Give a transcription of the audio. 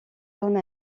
donne